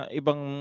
ibang